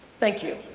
thank you.